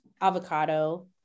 avocado